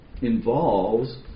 involves